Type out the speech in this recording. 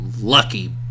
Lucky